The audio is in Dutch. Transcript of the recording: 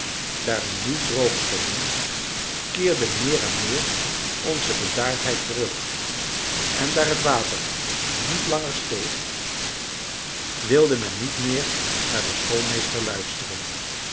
we nu droog stonden keerde meer en meer onze bedaardheid terug en daar het water niet langer steeg wilde men niet meer naar den schoolmeester luisteren